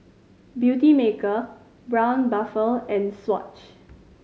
Beautymaker Braun Buffel and Swatch